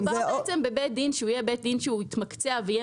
מדובר בעצם בבית דין שיתמקצע ויהיה